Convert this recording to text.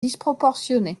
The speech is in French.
disproportionnée